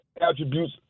attributes